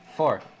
Four